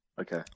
Okay